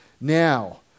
Now